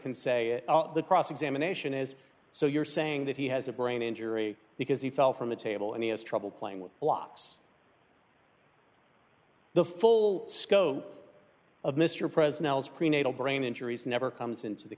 can say the cross examination is so you're saying that he has a brain injury because he fell from the table and he has trouble playing with blocks the full scope of mr president is prenatal brain injuries never comes into the